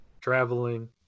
traveling